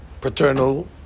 paternal